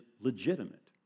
legitimate